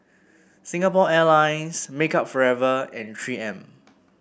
Singapore Airlines Makeup Forever and Three M